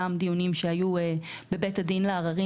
גם דיונים שהיו בבית הדין לעררים,